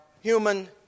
human